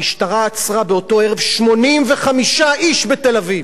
המשטרה עצרה באותו ערב 85 איש בתל-אביב.